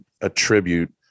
attribute